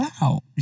Wow